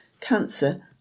cancer